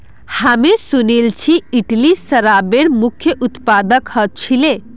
हामी सुनिल छि इटली शराबेर मुख्य उत्पादक ह छिले